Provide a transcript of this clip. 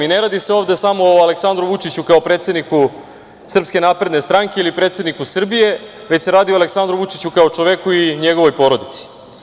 Ne radi se ovde samo o Aleksandru Vučiću kao o predsedniku Srpske napredne stranke ili predsedniku Srbije, već se radi o Aleksandru Vučiću kao čoveku i njegovoj porodici.